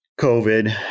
COVID